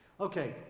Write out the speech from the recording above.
Okay